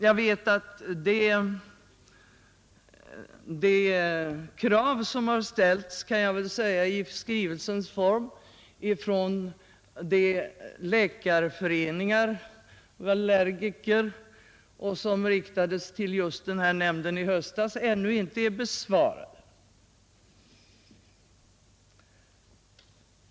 Jag vet att de krav som har ställts, i skrivelsens form från läkarföreningar och allergiker och som riktats just till nämnden, ännu inte är besvarade.